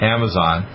Amazon